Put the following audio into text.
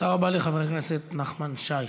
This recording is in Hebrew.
תודה רבה לחבר הכנסת נחמן שי.